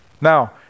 Now